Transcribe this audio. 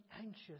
anxious